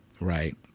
right